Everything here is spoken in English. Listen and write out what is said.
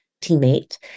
teammate